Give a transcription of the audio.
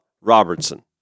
Robertson